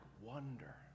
wonder